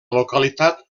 localitat